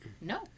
no